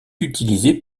utilisée